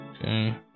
Okay